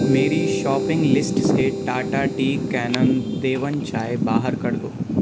میری shopping list سے Tata tea Kannan Devan چائے باہر کر دو